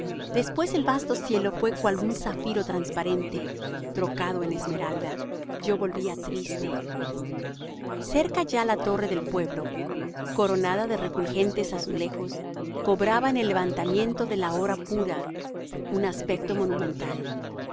después el vasto cielo fué cual un zafiro transparente trocado en esmeralda yo volvía triste cerca ya la torre del pueblo coronada de refulgentes azulejos cobraba en el levantamiento de la hora pura un aspecto monumental